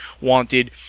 wanted